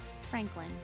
Franklin